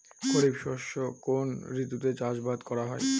খরিফ শস্য কোন ঋতুতে চাষাবাদ করা হয়?